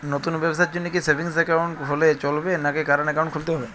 নতুন ব্যবসার জন্যে কি সেভিংস একাউন্ট হলে চলবে নাকি কারেন্ট একাউন্ট খুলতে হবে?